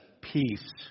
peace